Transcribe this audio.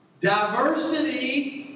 Diversity